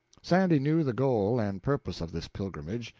sandy knew the goal and purpose of this pilgrimage,